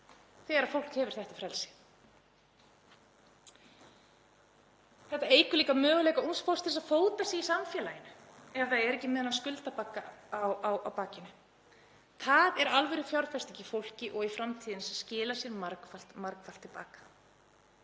þegar fólk hefur þetta frelsi. Þetta eykur líka möguleika ungs fólks á að fóta sig í samfélaginu ef það er ekki með þennan skuldabagga á bakinu. Það er alvörufjárfesting í fólki og í framtíðinni sem skilar sér margfalt til baka.